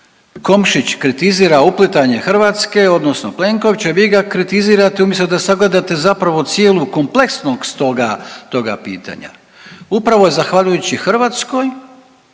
Komšić kritizira uplitanje Hrvatske, odnosno Plenkovića, vi ga kritizirate umjesto da sagledate zapravo cijelu kompleksnost toga pitanja. Upravo zahvaljujući Hrvatskoj